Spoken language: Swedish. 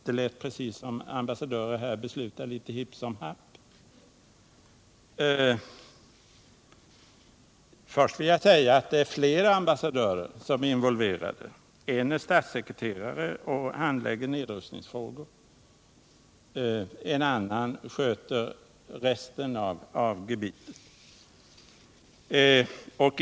Det lät precis som om ambassadörer här beslutar litet hipp som happ. Det är flera ambassadörer som är involverade. En är statssekreterare och handlägger nedrustningsfrågor. En annan sköter resten av gebitet.